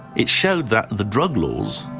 it showed that the drug laws,